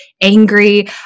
angry